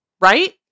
Right